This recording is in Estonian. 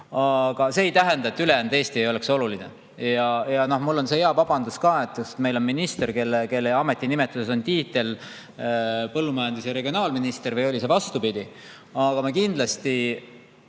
Aga see ei tähenda, et ülejäänud Eesti ei oleks oluline. Ja mul on hea vabandus ka, et meil on minister, kelle ametinimetus on põllumajandus- ja regionaalminister, või oli see vastupidi. Aga me kindlasti